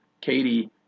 Katie